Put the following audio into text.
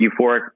euphoric